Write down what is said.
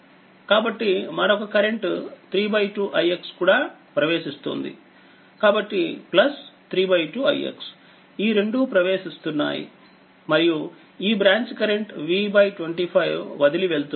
కాబట్టి మరొక కరెంట్ 32 ixకూడా ప్రవేశిస్తోందికాబట్టి 32 ix ఈ రెండూ ప్రవేశిస్తున్నాయి మరియుఈ బ్రాంచ్ కరెంట్ V 25 వదిలి వెళ్తుంది